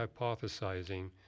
hypothesizing